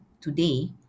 today